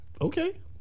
Okay